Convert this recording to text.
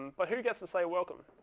but who gets to say welcome?